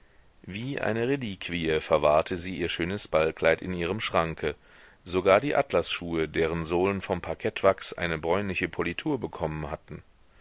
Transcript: wie eine reliquie verwahrte sie ihr schönes ballkleid in ihrem schranke sogar die atlasschuhe deren sohlen vom parkettwachs eine bräunliche politur bekommen hatten